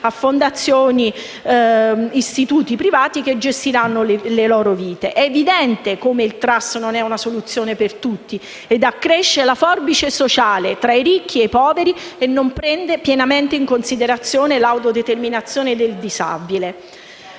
a fondazioni, istituti e privati che gestiranno le loro vite. È evidente come il *trust* non sia una soluzione per tutti e come accresca la forbice sociale tra i ricchi e i poveri non prendendo pienamente in considerazione l'autodeterminazione del disabile.